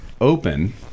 open